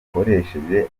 akoresheje